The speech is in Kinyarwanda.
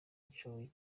nshoboye